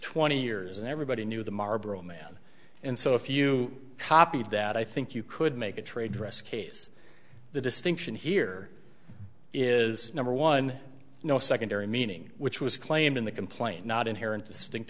twenty years and everybody knew the marble man and so if you copied that i think you could make a trade dress case the distinction here is number one no secondary meaning which was claimed in the complaint not inherent distinct